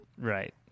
right